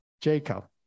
Jacob